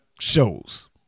shows